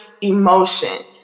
emotion